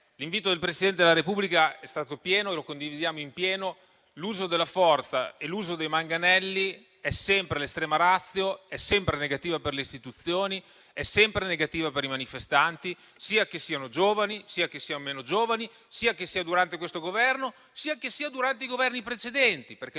L'invito del Presidente della Repubblica, che condividiamo in pieno, è stato: l'uso della forza e l'uso dei manganelli è sempre l'*extrema ratio*, è sempre negativa per le istituzioni e per i manifestanti, sia che siano giovani, sia che siano meno giovani, sia che sia durante questo Governo, sia che sia durante i Governi precedenti,